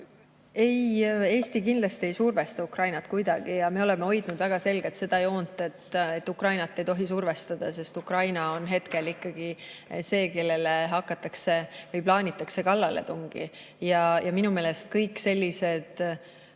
Ei, Eesti kindlasti ei survesta Ukrainat kuidagi. Me oleme hoidnud väga selgelt seda joont, et Ukrainat ei tohi survestada, sest Ukraina on hetkel ikkagi see, kelle vastu plaanitakse kallaletungi. Ja minu meelest kõik sellised